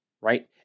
right